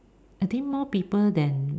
I think more people than